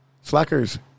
Slackers